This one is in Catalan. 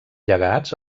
llegats